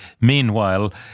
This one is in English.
Meanwhile